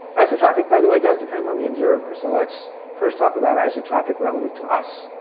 isotropic, by the way, does depend on the observer, so let's first talk about isotropic relative to us.